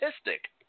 Statistic